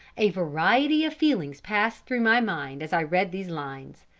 a variety of feelings passed through my mind as i read these lines.